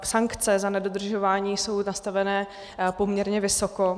Sankce za nedodržování jsou nastaveny poměrně vysoko.